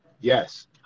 Yes